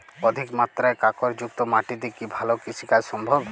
অধিকমাত্রায় কাঁকরযুক্ত মাটিতে কি ভালো কৃষিকাজ সম্ভব?